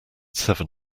seven